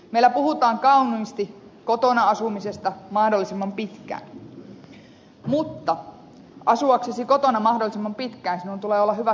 meillä puhutaan kauniisti kotona asumisesta mahdollisimman pitkään mutta asuaksesi kotona mahdollisimman pitkään sinun tulee olla hyvässä kunnossa